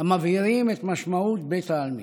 המבהירים את משמעות בית העלמין,